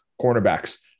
cornerbacks